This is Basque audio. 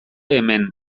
hemen